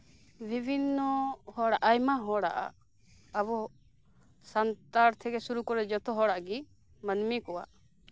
ᱵᱤᱵᱷᱤᱱᱱᱚ ᱦᱚᱲ ᱟᱭᱢᱟ ᱦᱚᱲᱟᱜ ᱟᱵᱚ ᱥᱟᱱᱛᱟᱲ ᱛᱷᱮᱹᱠᱮᱹ ᱥᱩᱨᱩ ᱠᱚᱨᱮᱹ ᱡᱚᱛᱚ ᱦᱚᱲᱟᱜ ᱜᱮ ᱢᱟᱹᱱᱢᱤ ᱠᱚᱣᱟᱜ